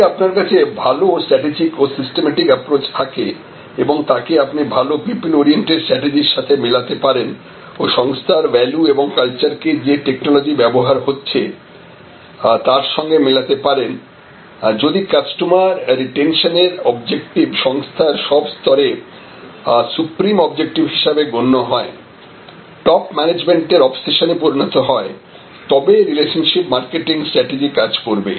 যদি আপনার কাছে ভালো স্ট্র্যাটেজিক ও সিস্টেমেটিক অ্যাপ্রচ থাকে এবং তাকে আপনি ভালো পিপল অরিয়েন্টেড স্ট্র্যাটেজি র সাথে মিলাতে পারেন ও সংস্থার ভ্যালু এবং কালচারকে যে টেকনোলজি ব্যবহার হচ্ছে তার সঙ্গে মেলাতে পারেন যদি কাস্টমার রিটেনশন এর অবজেক্টিভ সংস্থার সব স্তরে সুপ্রিম অবজেক্টিভ হিসেবে গণ্য হয়টপ ম্যানেজমেন্ট এর অবসেশনে পরিণত হয় তবে রিলেশনশিপ মার্কেটিং স্ট্র্যাটেজি কাজ করবে